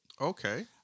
Okay